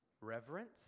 Reverence